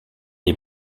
est